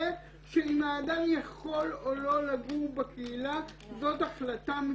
שאם האדם יכול או לא לגור בקהילה זאת החלטה מקצועית.